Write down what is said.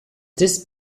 this